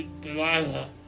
Delilah